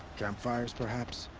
campfires, perhaps?